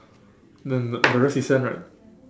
then the rest is sand right